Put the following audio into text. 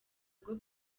ubwo